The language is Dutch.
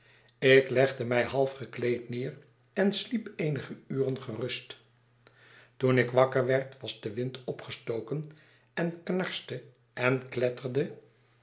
ik legde mij halfgekleed neer en sliep eenige uren gerust toen ik wakker werd was de wind opgestoken en knarste